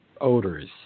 odors